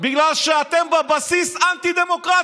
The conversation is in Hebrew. בגלל שאתם בבסיס אנטי-דמוקרטים,